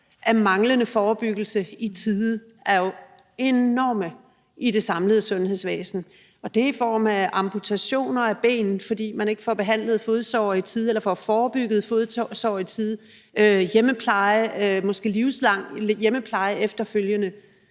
af manglende forebyggelse i tide er jo enorme i det samlede sundhedsvæsen, og det kan være i form af amputation af et ben, fordi man ikke får behandlet et fodsår i tide eller får forebygget et fodsår i tide, og måske livslang hjemmepleje efterfølgende.